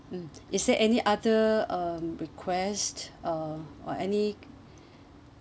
mm is there any other um request uh or any